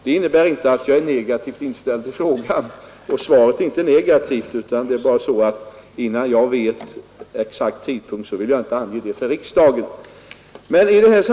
Det innebär inte att jag är negativ till frågan, och svaret är inte negativt, men jag vill inte ange någon tidpunkt för riksdagen innan jag kan ange den exakt.